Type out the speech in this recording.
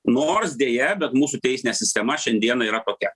nors deja bet mūsų teisinė sistema šiandieną yra tokia